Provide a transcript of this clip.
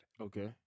Okay